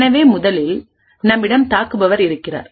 எனவே முதலில்நம்மிடம் தாக்குபவர் இருக்கிறார்